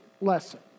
lesson